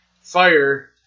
fire